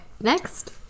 Next